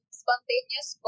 spontaneous